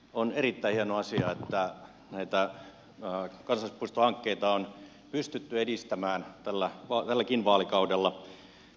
on erittäin hieno asia että näitä kansallispuistohankkeita on pystytty edistämään tälläkin vaalikaudella